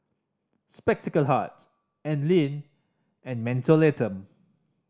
Spectacle Hut Anlene and Mentholatum